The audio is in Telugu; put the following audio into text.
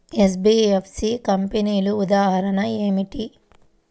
ఎన్.బీ.ఎఫ్.సి కంపెనీల ఉదాహరణ ఏమిటి?